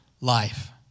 life